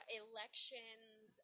elections